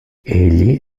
egli